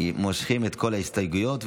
את כל ההסתייגויות.